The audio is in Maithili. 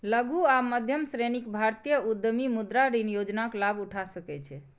लघु आ मध्यम श्रेणीक भारतीय उद्यमी मुद्रा ऋण योजनाक लाभ उठा सकै छै